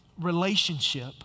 relationship